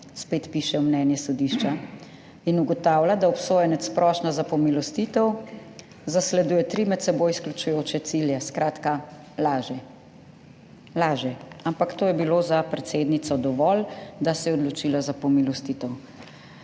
spet piše mnenje sodišča in ugotavlja, da obsojenec s prošnjo za pomilostitev zasleduje tri med seboj izključujoče cilje. Skratka, laže, laže, ampak to je bilo za predsednico dovolj, da se je odločila za pomilostitev.